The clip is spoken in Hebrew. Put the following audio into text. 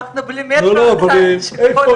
ולפי המדדים שראיתי,